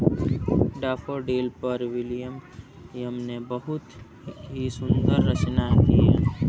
daffodil पर William ने बहुत ही सुंदर रचना की है